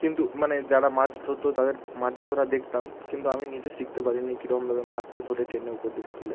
কিন্তু মানে যারা মাছ ধরতো তাদের মাছ ধরা দেখতাম কিন্তু আমি নিজে শিখতে পারিনি কিরমভাবে মাছটা ধরে টেনে উপর দিকে তুলে